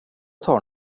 tar